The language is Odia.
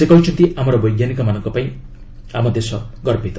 ସେ କହିଛନ୍ତି ଆମର ବୈଜ୍ଞାନିକମାନଙ୍କ ପାଇଁ ଆମ ଦେଶ ଗର୍ବିତ